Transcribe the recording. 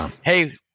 hey